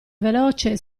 veloce